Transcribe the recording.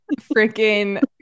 freaking